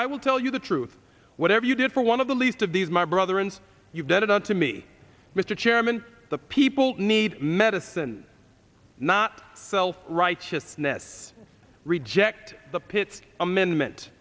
i will tell you the truth whatever you did for one of the least of these my brother and you get it out to me mr chairman the people need medicine not self righteousness reject the pits amendment